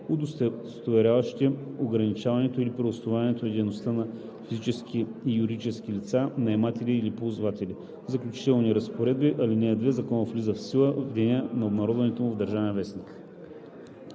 удостоверяващи ограничаването или преустановяването на дейността на физически и юридически лица – наематели или ползватели.“ Заключителни разпоредби „§ 2. Законът влиза в сила в деня на обнародването му в „Държавен вестник“.“